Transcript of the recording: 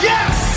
Yes